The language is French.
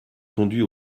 conduit